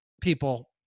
people